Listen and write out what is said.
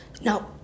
No